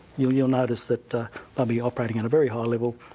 you'll you'll notice that ah they'll be operating at a very high level,